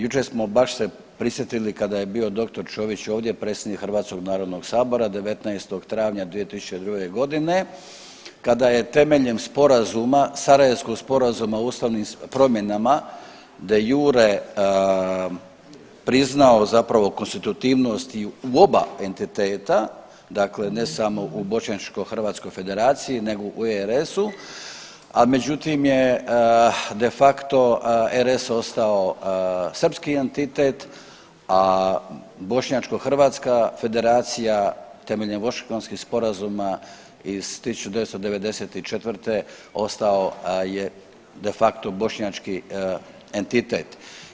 Jučer smo baš se prisjetili kada je bio dr. Čović ovdje predsjednik Hrvatskog narodnog sabora 19. travnja 2002.g. kada je temeljem sporazuma Sarajevskog sporazuma ustavnim promjena de iure priznao zapravo konstitutivnost i u oba entiteta, dakle ne samo u bošnjačko-hrvatskoj federaciji nego u RS-u, a međutim je de facto RS ostao srpski entitet, a bošnjačko-hrvatska federacija temeljem Washingtonskih sporazuma iz 1994. ostao je de facto bošnjački entitet.